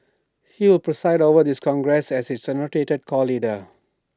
he will preside over this congress as its anointed core leader